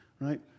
right